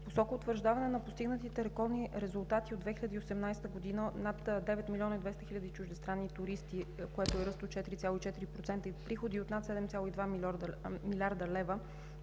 посока утвърждаване на постигнатите рекордни резултати от 2018 г. над 9 милиона 200 хиляди чуждестранни туристи, което е ръст от 4,4%, и приходи от над 7,2 млрд. лв.,